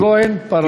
יעל כהן-פארן.